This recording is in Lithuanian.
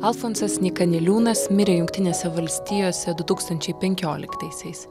alfonsas nyka niliūnas mirė jungtinėse valstijose du tūkstančiai penkioliktaisiais